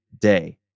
day